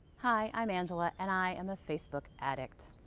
hi, i'm angela and i am a facebook addict.